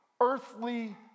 earthly